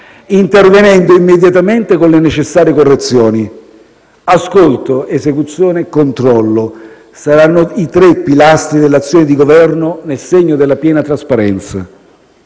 intervenendo immediatamente con le necessarie correzioni. Ascolto, esecuzione e controllo saranno i tre pilastri dell'azione di Governo nel segno della piena trasparenza.